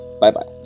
Bye-bye